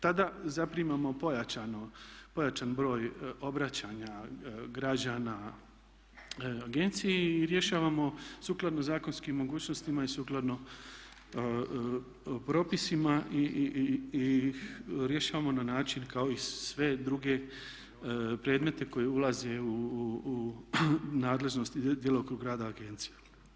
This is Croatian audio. Tada zaprimamo pojačano pojačan broj obraćanja građana agenciji i rješavamo sukladno zakonskim mogućnostima i sukladno propisima i rješavamo na način kao i sve druge predmete koji ulaze u nadležnost i djelokrug rada agencije.